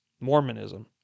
Mormonism